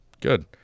Good